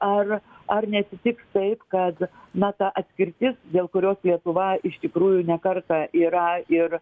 ar ar neatsitiks taip kad na ta atskirtis dėl kurios lietuva iš tikrųjų ne kartą yra ir